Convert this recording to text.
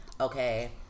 okay